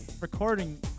recording